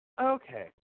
Okay